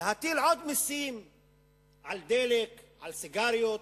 להטיל עוד מסים על דלק, על סיגריות,